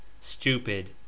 stupid